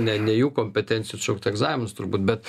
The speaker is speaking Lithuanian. ne ne jų kompetencija atšaukt egzaminus turbūt bet